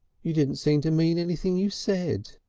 you didn't seem to mean anything you said.